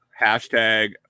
Hashtag